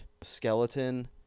skeleton